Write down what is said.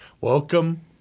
Welcome